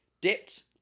dipped